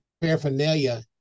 paraphernalia